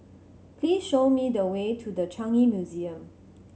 please show me the way to The Changi Museum